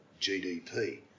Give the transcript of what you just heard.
GDP